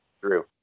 Drew